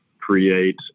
create